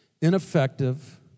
ineffective